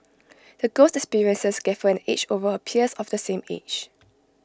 the girl's experiences gave her an edge over her peers of the same age